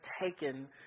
taken